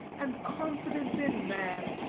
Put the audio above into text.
and confidence in man,